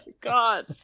god